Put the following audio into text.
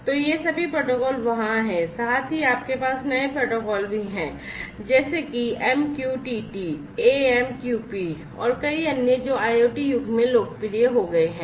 तो ये सभी प्रोटोकॉल वहां हैं साथ ही आपके पास नए प्रोटोकॉल भी हैं जैसे कि MQTT AMQP और कई अन्य जो IOT युग में लोकप्रिय हो गए हैं